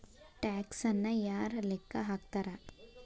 ಟ್ಯಾಕ್ಸನ್ನ ಯಾರ್ ಲೆಕ್ಕಾ ಹಾಕ್ತಾರ?